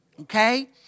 Okay